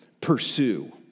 pursue